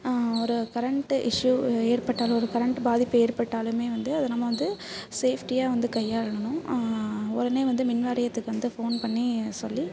ஒரு current issue ஏற்பட்டாலோ ஒரு கரெண்ட்டு பாதிப்பு ஏற்பட்டாலுமே வந்து அது நம்ம வந்து சேஃப்டியாக வந்து கையாளணும் உடனே வந்து மின்வாரியத்துக்கு ஃபோன் பண்ணி சொல்லி